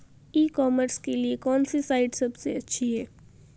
ई commerce के लिए कौनसी साइट सबसे अच्छी है?